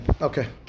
okay